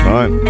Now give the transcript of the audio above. Right